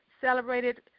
celebrated